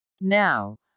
now